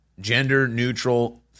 gender-neutral